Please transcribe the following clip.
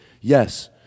Yes